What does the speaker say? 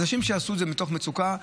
אנשים שעשו את זה מתוך מצוקה,